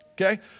Okay